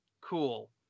Cool